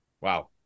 Wow